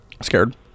scared